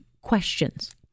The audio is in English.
questions